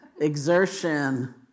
exertion